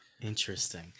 Interesting